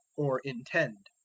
or intend.